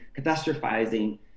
catastrophizing